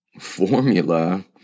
formula